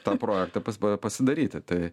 tą projektą pas pasidaryti tai